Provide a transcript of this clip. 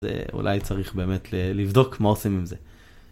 אולי צריך באמת לבדוק מה עושים עם זה.